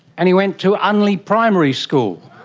and he went to unley primary school.